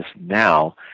now